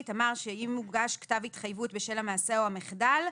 אמר שאם הוגש כתב התחייבות בשל המעשה או המחדל,